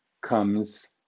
comes